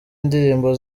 indirimbo